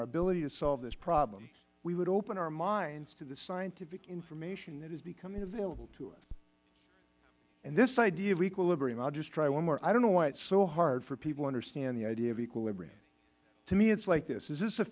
our ability to solve this problem we would open our minds to the scientific information that is becoming available to us and this idea of equilibrium i will just try one more i don't know why it is so hard for people to understand the idea of equilibrium to me it is like this is this a